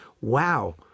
wow